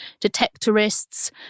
Detectorists